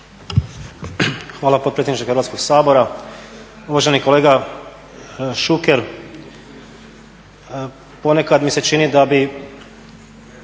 Hvala potpredsjedniče Hrvatskog sabora. Uvaženi kolega Šuker, ponekad mi se čini da bi